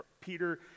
Peter